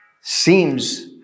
seems